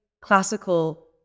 classical